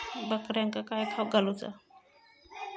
बकऱ्यांका काय खावक घालूचा?